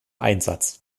einsatz